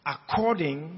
According